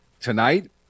tonight